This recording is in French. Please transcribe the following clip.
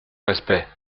respect